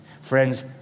Friends